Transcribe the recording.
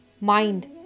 mind